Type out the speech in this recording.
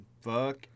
fuck